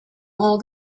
all